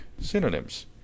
synonyms